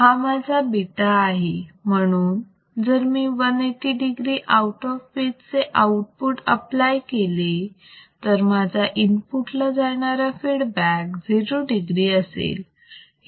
हा माझा बीटा आहे म्हणून जर मी 180 degree आऊट ऑफ फेज चे आउटपुट आपलाय केले तर माझा इनपुट ला जाणारा फीडबॅक 0 degree असेल